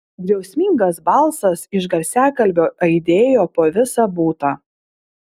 griausmingas balsas iš garsiakalbio aidėjo po visą butą